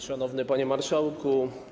Szanowny Panie Marszałku!